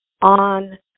on